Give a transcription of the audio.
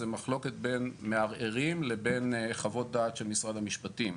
זה מחלוקת בין מערערים לבין חוות דעת של משרד המשפטים.